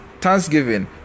Thanksgiving